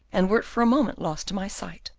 and wert for a moment lost to my sight,